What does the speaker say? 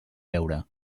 beure